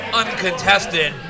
uncontested